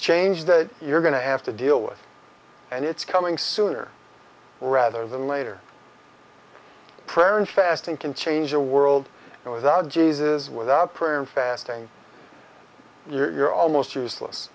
change that you're going to have to deal with and it's coming sooner rather than later prayer and fasting can change your world without jesus without prayer and fasting you're almost useless